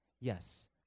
Yes